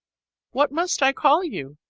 what must i call you?